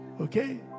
Okay